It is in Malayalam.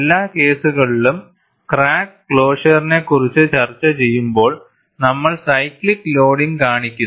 എല്ലാ കേസുകളിലും ക്രാക്ക് ക്ലോഷറിനെക്കുറിച്ച് ചർച്ചചെയ്യുമ്പോൾ നമ്മൾ സൈക്ലിക്ക് ലോഡിംഗ് കാണിക്കുന്നു